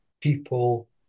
people